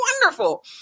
wonderful